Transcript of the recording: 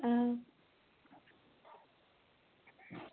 अं